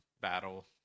battle